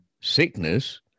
sickness